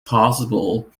possible